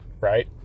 right